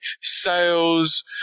sales